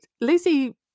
lizzie